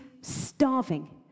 starving